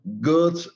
good